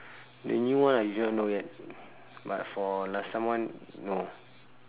the new one I do not know yet but for last time one no